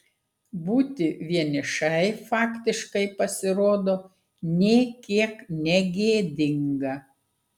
būti vienišai faktiškai pasirodo nė kiek negėdinga